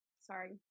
Sorry